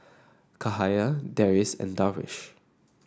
Cahaya Deris and Darwish